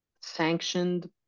sanctioned